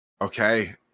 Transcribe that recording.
Okay